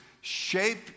shape